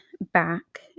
back